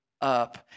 up